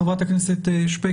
הצטרפה אלינו חברת הכנסת שפק.